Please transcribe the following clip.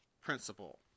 principle